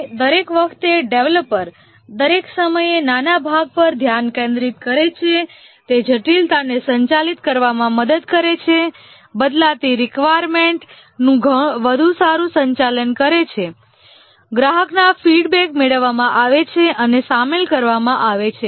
અને દરેક વખતે ડેવલપર દરેક સમયે નાના ભાગ પર ધ્યાન કેન્દ્રિત કરે છે તે જટિલતાને સંચાલિત કરવામાં મદદ કરે છે બદલાતી રિકવાયર્મેન્ટનું વધુ સારું સંચાલન કરે છે ગ્રાહકના ફીડબેક મેળવવામાં આવે છે અને શામેલ કરવામાં આવે છે